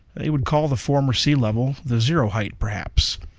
they would call the former sea-level the zero-height, perhaps.